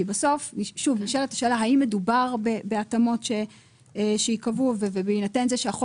נשאלת השאלה האם מדובר בהתאמות שייקבעו ובהינתן זה שהחוק